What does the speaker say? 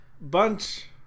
bunch